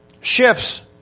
ships